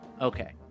Okay